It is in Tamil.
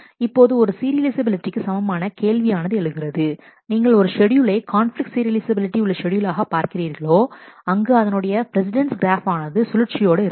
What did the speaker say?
இப்போது ஒரு கான்பிலிக்ட் சீரியலைஃசபிலிட்டிக்கு சமமான கேள்வி ஆனது எழுகிறது நீங்கள் எங்கு ஒரு ஷெட்யூலை கான்பிலிக்ட் சீரியலைஃசபிலிட்டி உள்ள ஷெட்யூல் ஆக பார்க்கிறீர்களோ அங்கு அதனுடைய பிரஸிடெண்ட்ஸ் கிராப் ஆனது சுழற்சியோடு இருக்கும்